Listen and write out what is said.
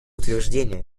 утверждение